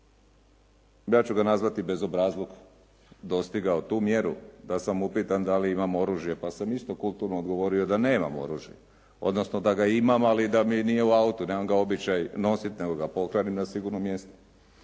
ja ću ga nazvati bezobrazluk, dostigao tu mjeru da sam upitan dali imam oružje, pa sam isto kulturno odgovorio oružje, odnosno da ga imam ali da mi nije u autu, nemam ga običaj nositi nego ga pohranim na sigurno mjesto.